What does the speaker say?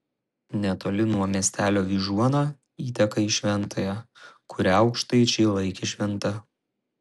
netoli nuo miestelio vyžuona įteka į šventąją kurią aukštaičiai laikė šventa